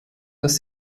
dass